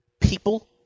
People